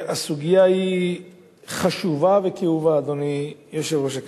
הסוגיה היא חשובה וכאובה, אדוני יושב-ראש הכנסת.